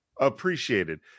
Appreciated